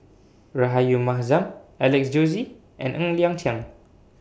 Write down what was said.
Rahayu Mahzam Alex Josey and Ng Liang Chiang